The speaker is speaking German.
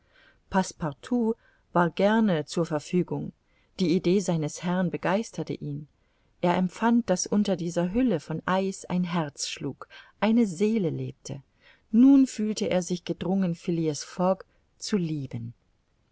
passepartout war gerne zur verfügung die idee seines herrn begeisterte ihn er empfand daß unter dieser hülle von eis ein herz schlug eine seele lebte nun fühlte er sich gedrungen phileas fogg zu lieben